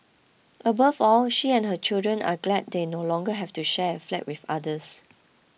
above all she and her children are glad they no longer have to share a flat with others